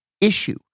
issue